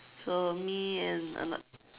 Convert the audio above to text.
so me and ano~